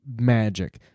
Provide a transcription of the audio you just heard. magic